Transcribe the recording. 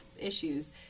issues